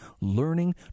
learning